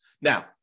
Now